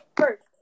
first